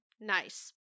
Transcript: nice